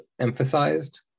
emphasized